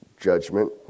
Judgment